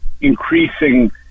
increasing